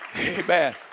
Amen